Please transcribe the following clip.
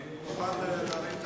אני מוכן להרים את